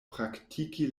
praktiki